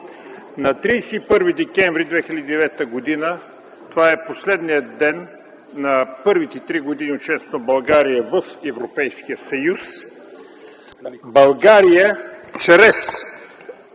На 31 декември 2009 г. – това е последният ден на първите три години от членството на България в Европейския съюз, България чрез